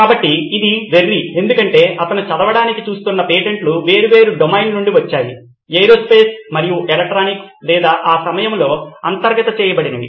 కాబట్టి ఇది వెర్రి ఎందుకంటే అతను చదవడానికి చూస్తున్న పేటెంట్లు వేర్వేరు డొమైన్ల నుండి వచ్చాయి ఏరోస్పేస్ మరియు ఎలక్ట్రానిక్స్ లేదా ఆ సమయంలో అంతగ్రత చేయబడినవి